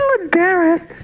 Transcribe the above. embarrassed